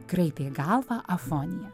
kraipė galvą afonija